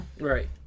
Right